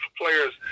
players